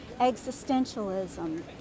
existentialism